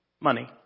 money